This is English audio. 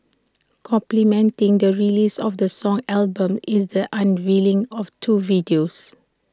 complementing the release of the song album is the unveiling of two videos